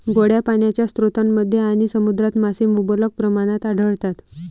गोड्या पाण्याच्या स्रोतांमध्ये आणि समुद्रात मासे मुबलक प्रमाणात आढळतात